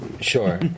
Sure